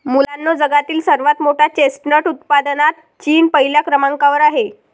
मुलांनो जगातील सर्वात मोठ्या चेस्टनट उत्पादनात चीन पहिल्या क्रमांकावर आहे